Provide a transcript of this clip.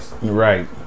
Right